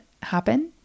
happen